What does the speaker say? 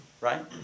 right